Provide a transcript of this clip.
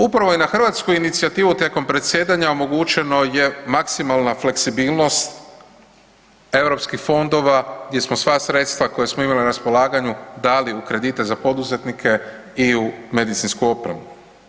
Upravo je na hrvatsku inicijativu tijekom predsjedanja omogućeno je maksimalna fleksibilnost europskih fondova gdje smo sva sredstva koja smo imali na raspolaganju dali u kredite za poduzetnike i u medicinsku opremu.